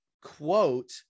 quote